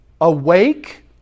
Awake